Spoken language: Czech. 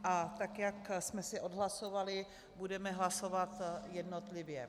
A tak jak jsme si odhlasovali, budeme hlasovat jednotlivě.